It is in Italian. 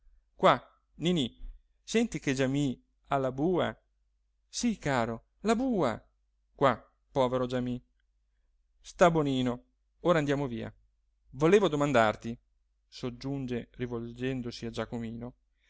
qua ninì senti che giamì ha la bua sì caro la bua qua povero giami sta bonino ora andiamo via volevo domandarti soggiunge rivolgendosi a giacomino